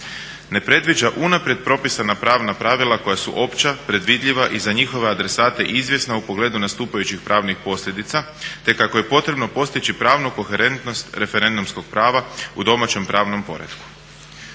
ne predviđa unaprijed propisana pravna pravila koja su opća, predvidljiva i za njihove adresate izvjesna u pogledu nastupajućih pravnih posljedica, te kako je potrebno postići pravnu koherentnost referendumskog prava u domaćem pravnom poretku.